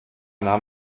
nahm